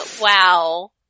Wow